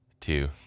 two